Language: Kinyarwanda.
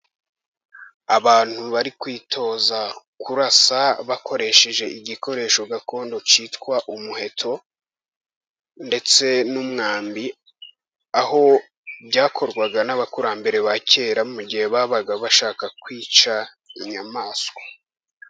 Abantu bari kwitoza kurasa, bakoresheje igikoresho gakondo cyitwa umuheto ndetse n'umwambi, aho byakorwaga n'abakurambere ba kera, mu gihe babaga bashaka kwica inyamaswa.